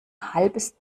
halbes